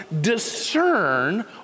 discern